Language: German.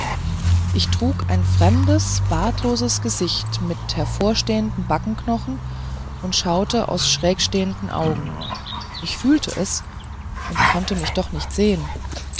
ich trug ein fremdes bartloses gesicht mit hervorstehenden backenknochen und schaute aus schrägstehenden augen ich fühlte es und konnte mich doch nicht sehen